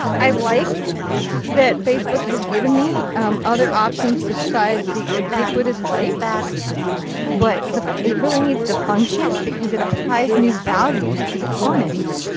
i like that facebook has given me um other options besides the ubiquitous like but it really needs to function because it applies new values to the comments.